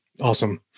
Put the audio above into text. Awesome